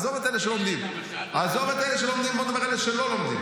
עזוב את אלה שלומדים, בוא נדבר על אלה שלא לומדים.